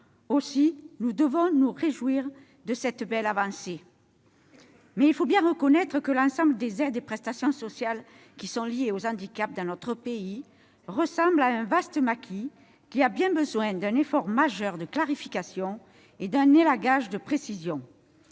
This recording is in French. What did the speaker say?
Aussi, nous devons nous réjouir de cette belle avancée. Cependant, il faut bien reconnaître que l'ensemble des aides et des prestations sociales liées au handicap dans notre pays ressemble à un vaste maquis qui a bien besoin d'un effort majeur de clarification et d'un élagage de précisions.